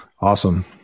Awesome